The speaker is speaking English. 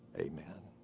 amen.